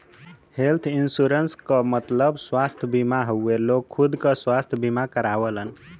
health insurance क मतलब स्वस्थ बीमा हउवे लोग खुद क स्वस्थ बीमा करावलन